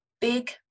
big